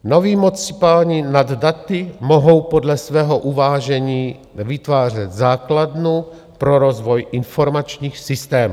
Nový mocipáni nad daty mohou podle svého uvážení vytvářet základnu pro rozvoj informačních systémů.